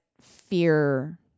fear